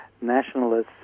nationalists